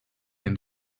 gain